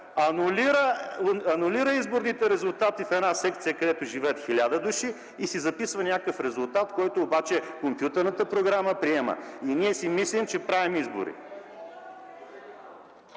анулира изборните резултати в една секция, където живеят 1000 души и си записва някакъв резултат, който обаче компютърната програма приема. Ние си мислим, че правим избори.